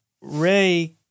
Ray